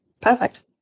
perfect